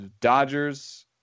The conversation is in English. Dodgers